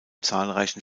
zahlreichen